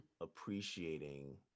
appreciating